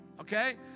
okay